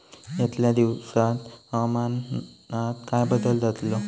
यतल्या दिवसात हवामानात काय बदल जातलो?